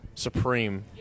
supreme